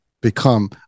become